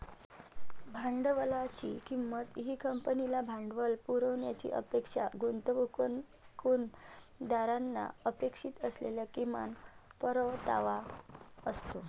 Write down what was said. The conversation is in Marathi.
भांडवलाची किंमत ही कंपनीला भांडवल पुरवण्याची अपेक्षा गुंतवणूकदारांना अपेक्षित असलेला किमान परतावा असतो